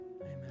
Amen